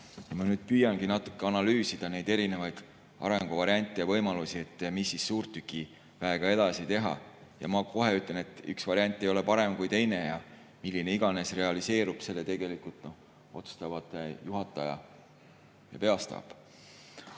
Ma nüüd püüangi natuke analüüsida neid erinevaid arenguvariante ja võimalusi, et mis siis suurtükiväega edasi teha. Ma kohe ütlen, et üks variant ei ole parem kui teine ja milline iganes realiseerub, selle tegelikult otsustavad juhataja ja peastaap. Aga